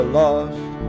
lost